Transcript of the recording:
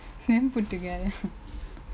then put together